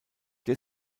der